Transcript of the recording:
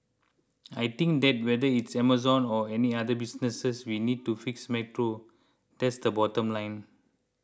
I think that whether it's Amazon or any other businesses we need to fix metro that's the bottom line